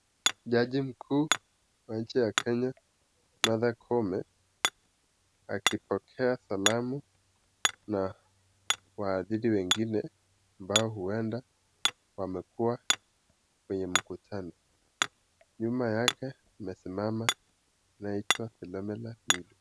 Jaji mkuu wa nchi ya Kenya Martha Koome akipokea salamu na waadhiri wengine ambao huenda wamekuwa kwenye mkutano, nyuma yake amesimama anayeitwa Philomena Mwilu.